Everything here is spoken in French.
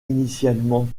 initialement